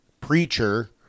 preacher